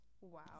Wow